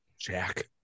Jack